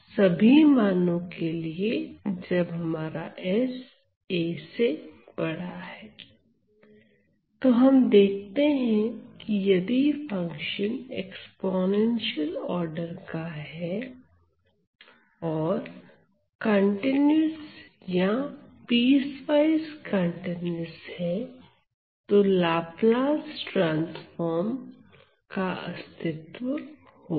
प्रमाण तो हम देखते हैं कि यदि फंक्शन एक्स्पोनेंशियल आर्डर का है और कंटीन्यूअस या पीसवाइज कंटीन्यूअस है तो लाप्लस ट्रांसफार्म का अस्तित्व होगा